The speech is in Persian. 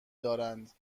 دارند